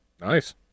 Nice